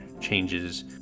changes